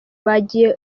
bagiye